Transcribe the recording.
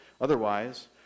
otherwise